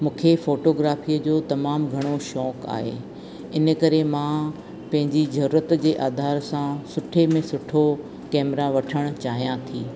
मूंखे फ़ोटोग्राफीअ जो तमामु घणो शौंक़ु आहे इन करे मां पंहिंजी ज़रूरत जे आधार सां सुठे में सुठो कैमरा वठणु चाहियां थी